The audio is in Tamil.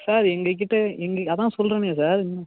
சார் எங்கக்கிட்ட எங்கள் அதான் சொல்கிறனே சார் ம்